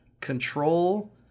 control